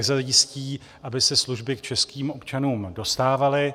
Jak zajistí, aby se služby k českým občanům dostávaly?